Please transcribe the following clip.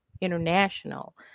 international